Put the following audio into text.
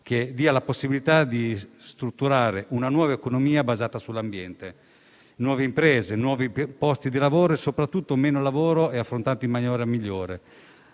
che consenta di strutturare una nuova economia basata sull'ambiente, con nuove imprese e nuovi posti di lavoro, ma soprattutto meno lavoro e affrontato in maniera migliore.